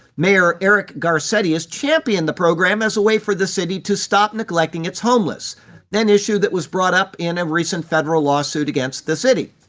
mayor eric garcetti has championed the program as a way for the city to stop neglecting its homeless an issue that was brought up in a recent federal lawsuit against the city.